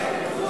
אין פיקוח.